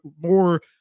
more